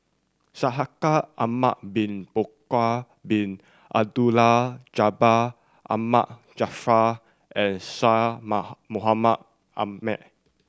Shaikh Ahmad Bin Bakar Bin Abdullah Jabbar Ahmad Jaafar and Syed Moha Mohamed Ahmed